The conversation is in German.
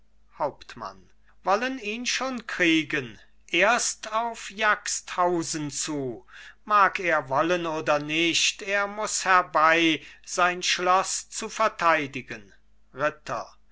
hauptmann wollen ihn schon kriegen erst auf jagsthausen zu mag er wollen oder nicht er muß herbei sein schloß zu verteidigen